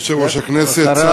יושב-ראש הכנסת,